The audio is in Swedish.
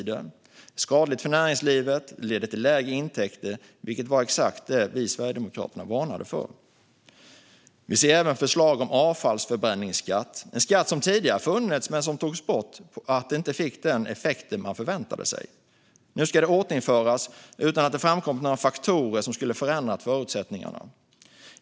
Det är skadligt för näringslivet och leder till lägre intäkter, vilket var exakt vad vi sverigedemokrater varnade för. Vi ser även förslag om avfallsförbränningsskatt. Det är en skatt som tidigare har funnits men som togs bort på grund av att den inte fick den effekt som man förväntade sig. Nu ska den återinföras utan att det har framkommit några faktorer som skulle ha förändrat förutsättningarna.